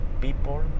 people